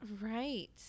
Right